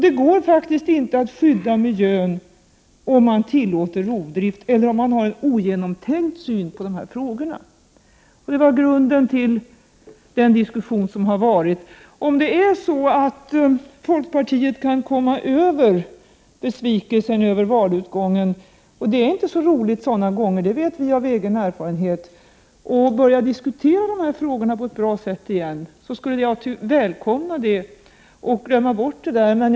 Det går faktiskt inte att skydda miljön om man tillåter rovdrift eller om man har en ogenomtänkt syn på de här frågorna. Det var grunden till den diskussion som har förts. Om folkpartiet kan komma över besvikelsen över valutgången — det är inte så roligt sådana gånger, det vet vi av egen erfarenhet — och börja diskutera de här frågorna på ett bra sätt igen, skulle jag välkomna det och glömma bort vad jag hörde.